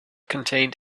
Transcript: contained